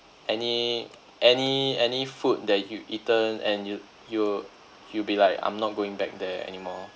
any any any food that you'd eaten and you you'll you'll be like I'm not going back there anymore